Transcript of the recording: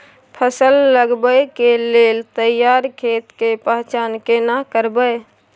फसल लगबै के लेल तैयार खेत के पहचान केना करबै?